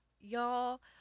Y'all